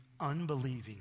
unbelieving